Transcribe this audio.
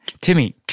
timmy